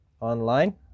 online